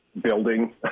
building